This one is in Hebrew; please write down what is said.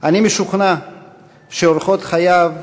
אני משוכנע שאורחות חייו,